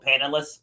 panelists